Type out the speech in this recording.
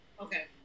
Okay